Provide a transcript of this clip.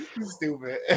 Stupid